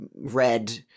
red